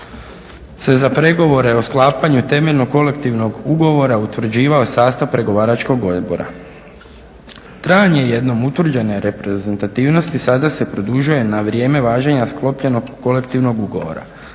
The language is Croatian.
se za pregovore o sklapanju temeljnog kolektivnog ugovora utvrđivao sastav Pregovaračkog odbora. Trajanje jednom utvrđene reprezentativnosti sada se produžuje na vrijeme važenja sklopljeno kolektivnog ugovora